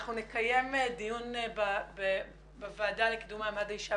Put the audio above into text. אנחנו נקיים דיון בוועדה לקידום מעמד האישה